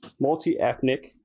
multi-ethnic